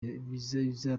inyungu